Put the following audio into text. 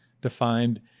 defined